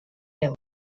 euros